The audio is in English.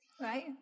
right